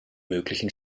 möglichen